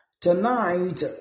tonight